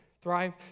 Thrive